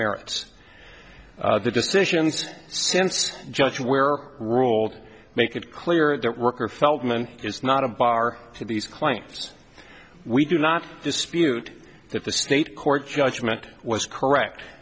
merits of the decisions since judge where ruled make it clear that worker feldman is not a bar to these claims we do not dispute that the state court judgment was correct